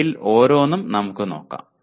അവയിൽ ഓരോന്നും നമുക്ക് നോക്കാം